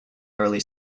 early